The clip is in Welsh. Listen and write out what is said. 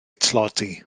tlodi